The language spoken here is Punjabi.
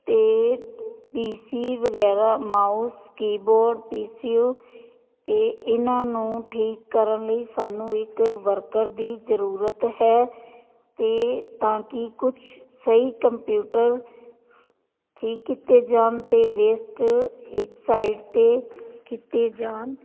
ਅਤੇ ਪੀ ਸੀ ਵਗੈਰਾ ਮਾਊਸ ਕੀਬੋਰਡ ਪੀ ਸੀ ਓ ਅਤੇ ਇਹਨਾਂ ਨੂੰ ਠੀਕ ਕਰਨ ਲਈ ਸਾਨੂੰ ਇੱਕ ਵਰਕਰ ਦੀ ਜ਼ਰੂਰਤ ਹੈ ਅਤੇ ਤਾਂ ਕਿ ਕੁਛ ਸਹੀ ਕੰਪਿਊਟਰ ਸ ਠੀਕ ਕਿੱਥੇ ਜਾਣ ਅਤੇ ਵੇਸਟ ਇੱਕ ਸਾਈਡ 'ਤੇ ਕੀਤੇ ਜਾਣ